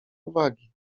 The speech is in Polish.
uwagi